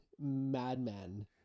madman